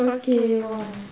I'm okay why